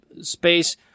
space